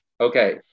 Okay